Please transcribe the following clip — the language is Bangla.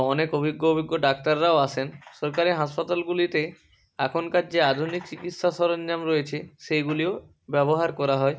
অনেক অভিজ্ঞ অভিজ্ঞ ডাক্তাররাও আসেন সরকারি হাসপাতালগুলিতে এখনকার যে আধুনিক চিকিৎসা সরঞ্জাম রয়েছে সেইগুলিও ব্যবহার করা হয়